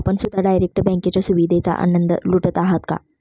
आपण सुद्धा डायरेक्ट बँकेच्या सुविधेचा आनंद लुटत आहात का?